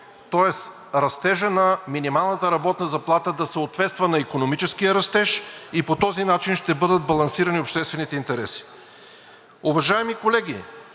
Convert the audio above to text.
Тоест растежът на минималната работна заплата да съответства на икономическия растеж и по този начин ще бъдат балансирани обществените интереси. Уважаеми колеги,